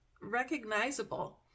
recognizable